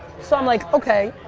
so i'm like, okay,